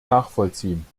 nachvollziehen